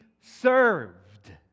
served